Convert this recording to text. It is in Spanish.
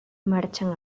marchan